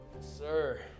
Sir